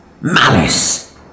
malice